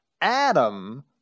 Adam